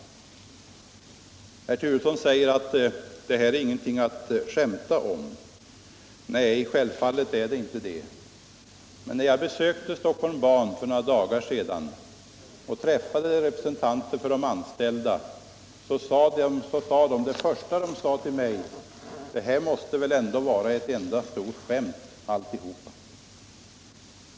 Herr Turesson säger att detta inte är någonting att skämta om. Nej, självfallet inte. Men när jag besökte Stockholm Ban för några dagar sedan och träffade representanter för de anställda så var det första de sade till mig: Det här måste väl ändå vara ett enda stort skämt alltihop.